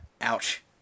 Ouch